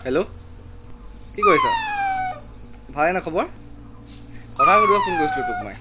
hello কি কৰিছ ভালেই ন খবৰ কথা সুধিবলৈ ফোন কৰিছিলোঁ তোক মই